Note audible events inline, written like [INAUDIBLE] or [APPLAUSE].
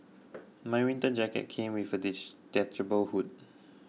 my winter jacket came with a [UNINTELLIGIBLE] detachable hood